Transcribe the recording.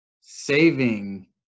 Saving